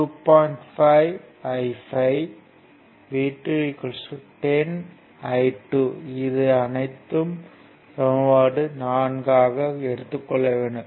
5 I3 V2 10 I2 இது அனைத்தும் ohm யின் சட்டம் ohm's law படி எழுதப்பட்டது